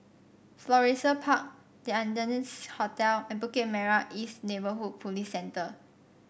Florissa Park The Ardennes Hotel and Bukit Merah East Neighbourhood Police Centre